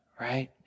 right